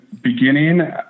beginning